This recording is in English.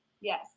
Yes